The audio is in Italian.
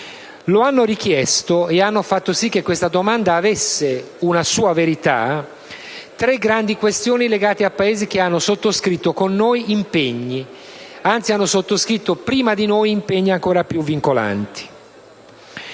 Lo hanno richiesto e hanno fatto sì che questa domanda avesse una sua verità tre grandi questioni legate a Paesi che hanno sottoscritto con noi - anzi, hanno sottoscritto prima di noi - impegni ancora più vincolanti.